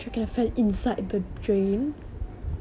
sorry wait I didn't get you can you repeat yourself